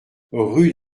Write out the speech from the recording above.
rue